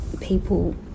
people